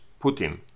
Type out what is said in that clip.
Putin